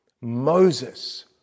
Moses